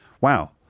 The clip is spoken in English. Wow